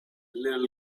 little